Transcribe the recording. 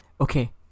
Okay